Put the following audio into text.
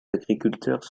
agriculteurs